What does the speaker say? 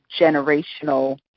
generational